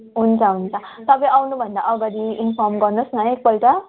हुन्छ हुन्छ तपाईँ आउनु भन्दा अगाडि इन्फर्म गर्नुहोस् न है एकपल्ट